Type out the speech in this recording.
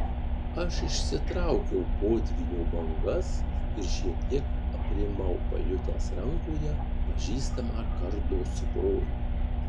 aš išsitraukiau potvynio bangas ir šiek tiek aprimau pajutęs rankoje pažįstamą kardo svorį